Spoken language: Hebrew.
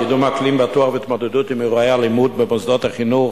"קידום אקלים בטוח והתמודדות עם אירועי אלימות במוסדות החינוך",